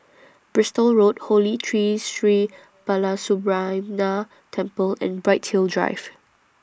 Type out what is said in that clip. Bristol Road Holy Tree Sri Balasubramaniar Temple and Bright Hill Drive